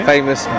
Famous